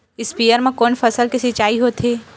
स्पीयर म कोन फसल के सिंचाई होथे?